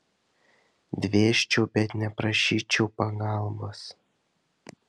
dvėsčiau bet neprašyčiau pagalbos